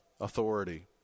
authority